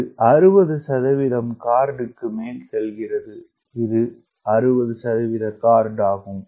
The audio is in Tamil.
இது 60 கார்ட் க்கு மேல் சொல்கிறது இது 60 கார்ட் ஆகும்